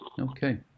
Okay